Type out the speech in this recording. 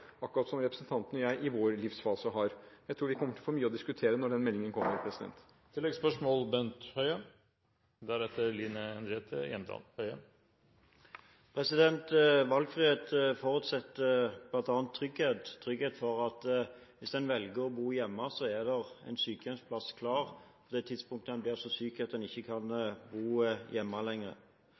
akkurat slik som representanten og jeg, i vår livsfase, har. Jeg tror vi kommer til å få mye å diskutere når den meldingen kommer. Bent Høie – til oppfølgingsspørsmål. Valgfrihet forutsetter bl.a. trygghet for at hvis en velger å bo hjemme, er det en sykehjemsplass klar på det tidspunktet en blir så syk at en ikke kan bo hjemme